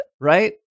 Right